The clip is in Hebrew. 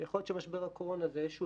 ויכול להיות שמשבר הקורונה זה איזשהו